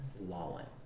lolling